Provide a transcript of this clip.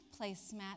placemat